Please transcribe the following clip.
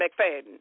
McFadden